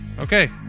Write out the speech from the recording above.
okay